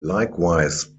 likewise